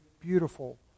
beautiful